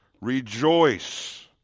Rejoice